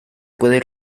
puede